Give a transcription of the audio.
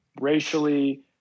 racially